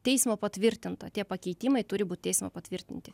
teismo patvirtinta tie pakeitimai turi būt teismo patvirtinti